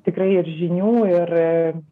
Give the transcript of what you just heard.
tikrai ir žinių ir